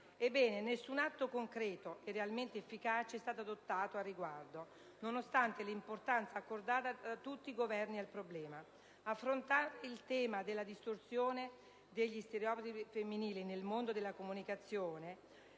nessun atto concreto e realmente efficace è stato adottato a riguardo, nonostante l'importanza accordata da tutti i Governi al problema. Affrontare il tema della distorsione degli stereotipi femminili nel mondo della comunicazione